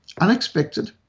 unexpected